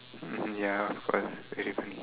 mmhmm ya but very funny